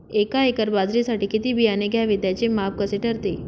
एका एकर बाजरीसाठी किती बियाणे घ्यावे? त्याचे माप कसे ठरते?